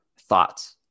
thoughts